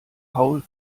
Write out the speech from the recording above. paul